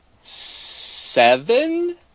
seven